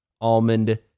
Almond